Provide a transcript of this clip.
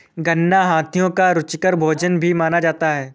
गन्ना हाथियों का रुचिकर भोजन भी माना जाता है